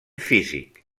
físic